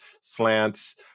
slants